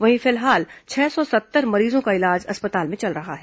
वहीं फिलहाल छह सौ सत्तर मरीजों का इलाज अस्पताल में चल रहा है